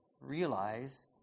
realize